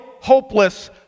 hopeless